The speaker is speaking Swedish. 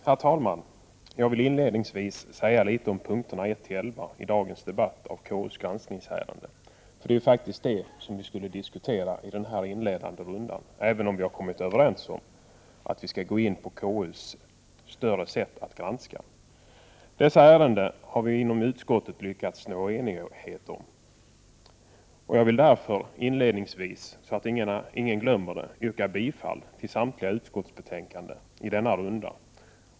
Herr talman! Jag vill inledningsvis säga litet om punkterna 1—11 i dagens debatt om KU:s granskningsärenden. Det är ju faktiskt vad vi skulle diskutera i den här inledande rundan, även om vi har kommit överens om att vi skall mera gå in på KU:s sätt att granska. Dessa ärenden har vi inom utskottet lyckats nå enighet om. För att det inte skall bli bortglömt yrkar jag redan nu bifall till hemställan på samtliga punkter i denna runda.